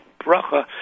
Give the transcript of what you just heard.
bracha